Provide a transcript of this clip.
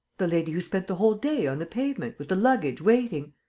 the lady who spent the whole day on the pavement, with the luggage, waiting.